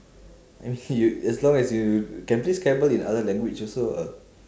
I mean you as long as you can play scrabble in other language also ah